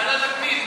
ועדת הפנים.